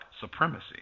supremacy